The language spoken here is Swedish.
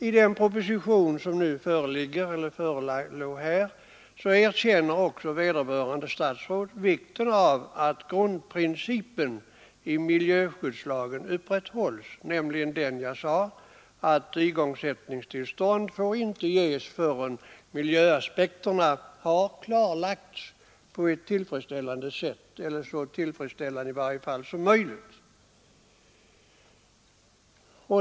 I den proposition som nu föreligger erkänner också vederbörande statsråd vikten av att grundprincipen i miljöskyddslagen upprätthålls, nämligen — som jag nämnde — att igångsättningstillstånd inte får ges förrän miljöaspekterna har klarlagts på ett så tillfredsställande sätt som möjligt.